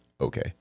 okay